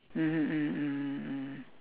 mmhmm mmhmm mmhmm mm